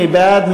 מי בעד?